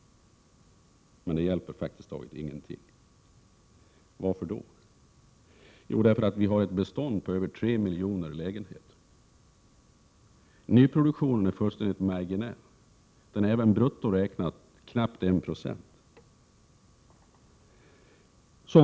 Men det hjälper praktiskt taget inte alls. Varför? Jo, därför att det finns ett bestånd på över 3 miljoner lägenheter. Nyproduktionen är fullständigt marginell — den är även brutto räknat knappt 1 96.